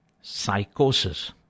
psychosis